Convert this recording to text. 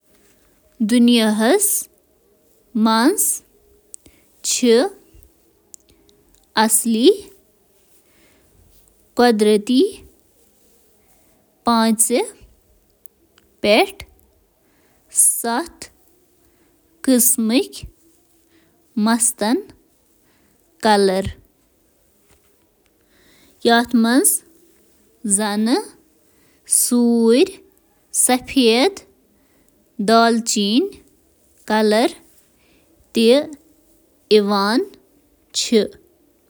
بنیٲدی طورس پیٹھ ہیکہِ انسٲنی مس پانژن مختلف رنگن ہند ٲسِتھ: کرٛہُن، بھوری، سنہٕ، سفید/سرمئی تہٕ شاذ و نادر وۄزُل۔ یمن بڑن رنگن منٛز چِھ مختلف رنگ تہٕ موجود۔